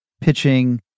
pitching